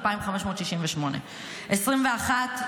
2,568. 2021,